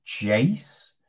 Jace